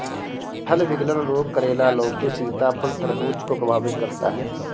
फल विगलन रोग करेला, लौकी, सीताफल, तरबूज को प्रभावित करता है